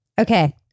Okay